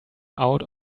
out